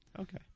Okay